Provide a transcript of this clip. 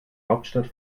hauptstadt